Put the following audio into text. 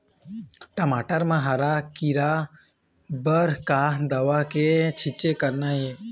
टमाटर म हरा किरा बर का दवा के छींचे करना ये?